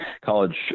college